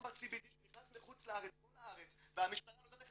ימבה CBD שנכנס מחוץ-לארץ פה לארץ והמשטרה לא יודעת איך